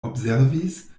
observis